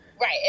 right